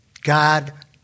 God